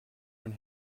mein